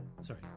Sorry